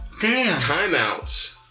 timeouts